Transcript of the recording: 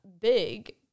big